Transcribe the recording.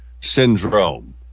syndrome